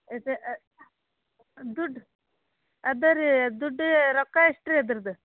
ಇದು ದುಡ್ಡು ಇದೆ ರೀ ದುಡ್ಡು ರೊಕ್ಕ ಎಷ್ಟು ರೀ ಅದ್ರದ್ದು